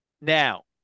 now